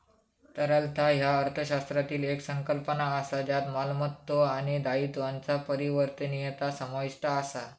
तरलता ह्या अर्थशास्त्रातली येक संकल्पना असा ज्यात मालमत्तो आणि दायित्वांचा परिवर्तनीयता समाविष्ट असा